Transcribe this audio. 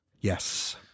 Yes